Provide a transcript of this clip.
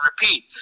repeat